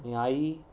आणि आई